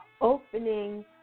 opening